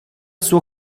sua